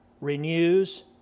Renews